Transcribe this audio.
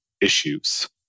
issues